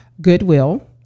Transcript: Goodwill